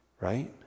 Right